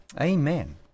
Amen